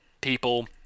people